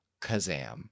Kazam